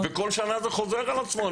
ובכל שנה זה חוזר על עצמו.